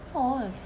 oh the